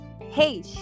hey